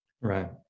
Right